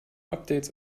updates